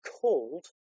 called